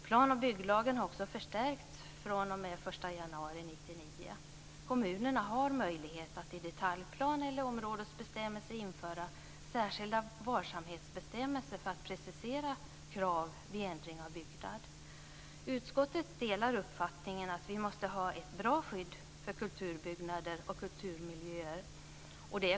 Plan och bygglagen har också förstärkts fr.o.m. den 1 januari 1999. Kommunerna har möjlighet att i detaljplan eller områdesbestämmelser införa särskilda varsamhetsbestämmelser för att precisera krav vid ändring av byggnad. Utskottet delar uppfattningen att vi måste ha ett bra skydd för kulturbyggnader och kulturmiljöer.